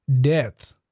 death